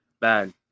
Bad